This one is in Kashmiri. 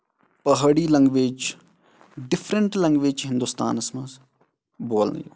پہٲڑِ لینگویج چھِ ڈِفرنٹ لینگویج چھِ ہِندوستانَس منٛز بولنہٕ یِوان